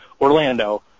Orlando